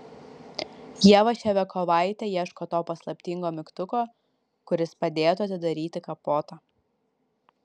ieva ševiakovaitė ieško to paslaptingo mygtuko kuris padėtų atidaryti kapotą